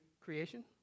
creation